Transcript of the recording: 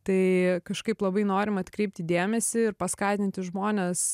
tai kažkaip labai norim atkreipti dėmesį ir paskatinti žmones